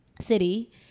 city